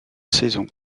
saison